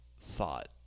thought